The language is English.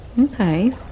Okay